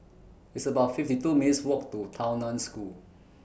It's about fifty two minutes' Walk to Tao NAN School